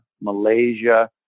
Malaysia